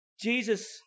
jesus